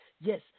yes